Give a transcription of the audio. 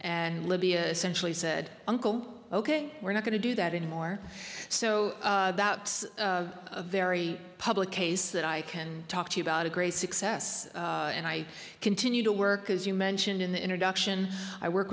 and libya essentially said uncle ok we're not going to do that anymore so it's a very public case that i can talk to you about a great success and i continue to work as you mentioned in the introduction i work